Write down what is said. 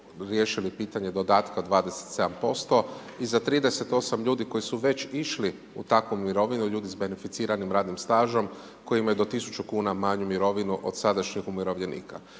riješili pitanje dodatka od 27% i za 38 ljudi koji su već išli u takvu mirovinu, ljudi s beneficiranim radnim stažom koji imaju do 1000 kn manju mirovinu od sadašnjih umirovljenika.